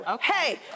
Hey